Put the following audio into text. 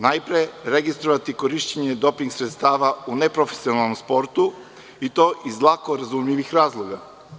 Najpre registrovati korišćenje doping sredstava u neprofesionalnom sportu, i to iz lako razumljivih razloga.